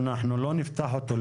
אנחנו לא נפתח אותו.